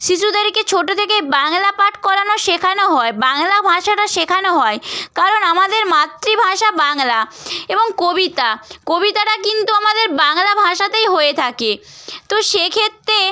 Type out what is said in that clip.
শিশুদেরকে ছোটো থেকেই বাংলা পাঠ করানো শেখানো হয় বাংলা ভাষাটা শেখানো হয় কারণ আমাদের মাতৃভাষা বাংলা এবং কবিতা কবিতাটা কিন্তু আমাদের বাংলা ভাষাতেই হয়ে থাকে তো সেক্ষেত্রে